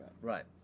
Right